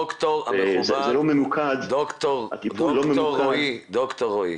ד"ר רועי,